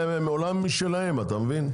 הם בעולם משלהם, אתה מבין?